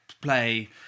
play